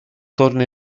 torna